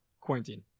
quarantine